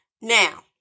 Now